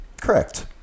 Correct